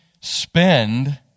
spend